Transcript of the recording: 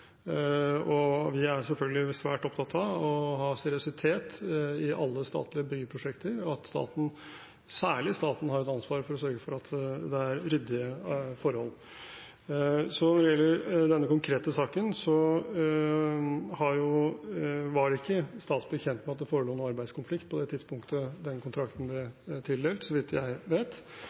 og vi er selvfølgelig svært opptatt av å ha seriøsitet i alle statlige byggeprosjekter, og at særlig staten har et ansvar for å sørge for at det er ryddige forhold. Når det gjelder denne konkrete saken, var ikke Statsbygg kjent med at det forelå noen arbeidskonflikt på det tidspunktet den kontrakten ble tildelt, så vidt jeg vet.